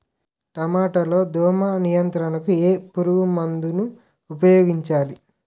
టమాటా లో దోమ నియంత్రణకు ఏ పురుగుమందును ఉపయోగించాలి?